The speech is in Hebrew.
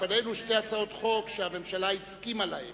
בפנינו שתי הצעות חוק שהממשלה הסכימה להן,